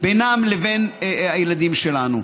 בינם לבין הילדים שלנו.